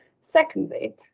Secondly